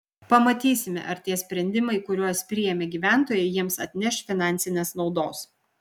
pamatysime ar tie sprendimai kuriuos priėmė gyventojai jiems atneš finansinės naudos